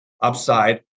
upside